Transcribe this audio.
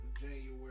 January